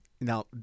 Now